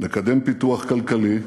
לקדם פיתוח כלכלי,